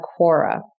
Quora